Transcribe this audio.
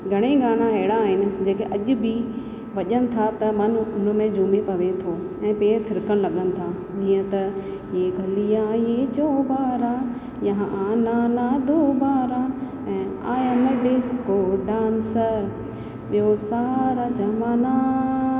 घणेई गाना अहिड़ा आहिनि जेके अॼु बि वॼनि था त मन हुन में झूमी पवे थो ऐं पेर थिरिकणु लॻनि था जीअं त ये गलियां ये चौबारा यहां आना ना दोबारा ऐं I am a disco dancer ॿियो सारा ज़माना